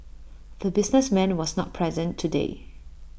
the businessman was not present today